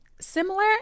Similar